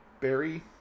Berry